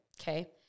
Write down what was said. okay